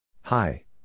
Hi